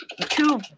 two